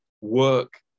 work